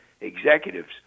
executives